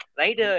right